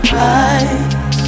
right